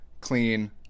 clean